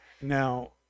now